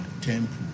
temple